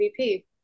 MVP